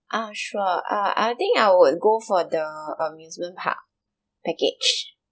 ah sure uh I think I would go for the amusement park package